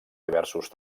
diversos